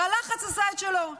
והלחץ עשה את שלו.